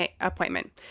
appointment